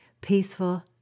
peaceful